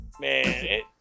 man